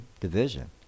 division